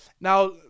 Now